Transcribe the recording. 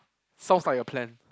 sounds like a plan